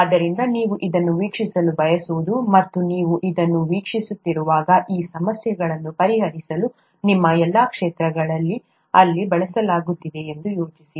ಆದ್ದರಿಂದ ನೀವು ಇದನ್ನು ವೀಕ್ಷಿಸಲು ಬಯಸಬಹುದು ಮತ್ತು ನೀವು ಇದನ್ನು ವೀಕ್ಷಿಸುತ್ತಿರುವಾಗ ಈ ಸಮಸ್ಯೆಗಳನ್ನು ಪರಿಹರಿಸಲು ನಿಮ್ಮ ಎಲ್ಲಾ ಕ್ಷೇತ್ರಗಳನ್ನು ಇಲ್ಲಿ ಬಳಸಲಾಗುತ್ತಿದೆ ಎಂದು ಯೋಚಿಸಿ